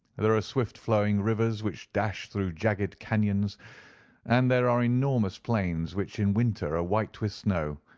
there are swift-flowing rivers which dash through jagged canons and there are enormous plains, which in winter are white with snow,